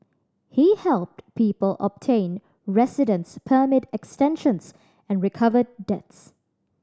he helped people obtain residence permit extensions and recovered debts